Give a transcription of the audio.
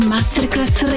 Masterclass